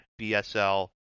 BSL